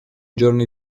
giorni